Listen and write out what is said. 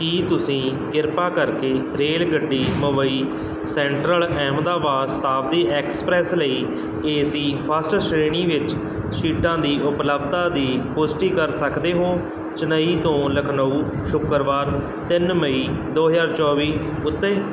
ਕੀ ਤੁਸੀਂ ਕਿਰਪਾ ਕਰਕੇ ਰੇਲਗੱਡੀ ਮੁੰਬਈ ਸੈਂਟਰਲ ਅਹਿਮਦਾਬਾਦ ਸ਼ਤਾਬਦੀ ਐਕਸਪ੍ਰੈੱਸ ਲਈ ਏਸੀ ਫਸਟ ਸ਼੍ਰੇਣੀ ਵਿੱਚ ਸੀਟਾਂ ਦੀ ਉਪਲੱਬਧਤਾ ਦੀ ਪੁਸ਼ਟੀ ਕਰ ਸਕਦੇ ਹੋ ਚੇਨਈ ਤੋਂ ਲਖਨਊ ਸ਼ੁੱਕਰਵਾਰ ਤਿੰਨ ਮਈ ਦੋ ਹਜ਼ਾਰ ਚੌਵੀ ਉੱਤੇ